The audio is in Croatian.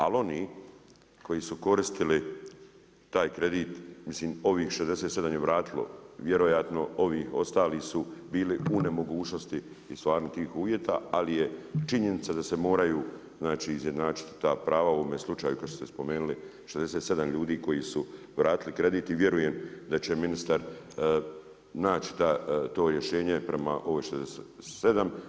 Ali, oni koji su koristili, taj kredit, mislim ovih 67 je vratilo, vjerojatno, ovi ostali su bili u nemogućnosti … uvjeta, ali je činjenica da se moraju izjednačiti ta prava u ovome slučaju kad ste spomenuli 67 ljudi koji su vratili kredit i vjerujem da će ministar naći to rješenje prema ovo 67.